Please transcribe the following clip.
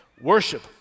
Worship